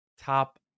Top